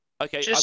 okay